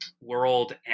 world